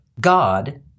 God